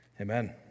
amen